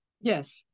yes